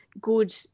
good